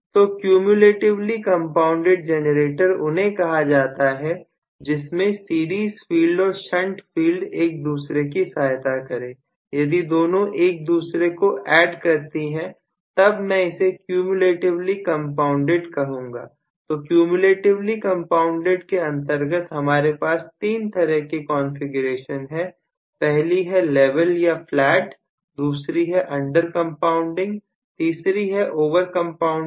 तो cumulatively compounded generator उन्हें कहा जाता है जिसमें सीरीज फील्ड और शंट फील्ड एक दूसरे की सहायता करें यदि दोनों एक दूसरे को ऐड करती हैं तब मैं इसे क्यूम्यूलेटिवली कंपाउंडेड कहूंगा तो क्यूम्यूलेटिवली कंपाउंडेड के अंतर्गत हमारे पास तीन तरह की कॉन्फ़िगरेशन है पहली है लेवल या फ्लैट दूसरी है अंडर कंपाउंडिंग तीसरी है ओवर कंपाउंडिंग